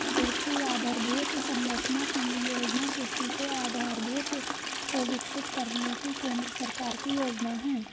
कृषि आधरभूत संरचना फण्ड योजना कृषि के आधारभूत को विकसित करने की केंद्र सरकार की योजना है